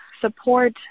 support